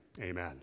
amen